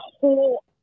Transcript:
whole